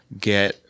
get